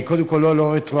שהיא קודם כול לא רטרואקטיבית,